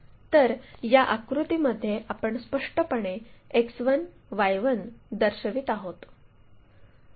तर या आकृतीमध्ये आपण स्पष्टपणे X1Y1 दर्शवित आहोत